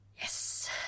Yes